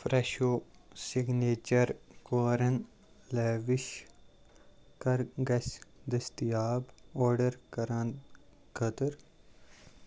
فرٛٮ۪شو signature کورَن لیوِش کَر گژھِ دٔستیاب آرڈر کران خٲطٕر